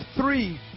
three